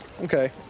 Okay